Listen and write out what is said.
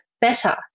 better